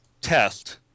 test